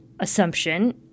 assumption